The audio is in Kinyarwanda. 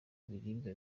ibiribwa